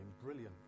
brilliant